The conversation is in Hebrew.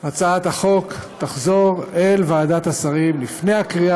הצעת החוק תחזור אל ועדת השרים לפני הקריאה